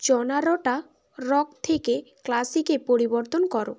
জনারটা rock থেকে ক্লাসিকে পরিবর্তন করো